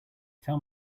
tell